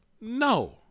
no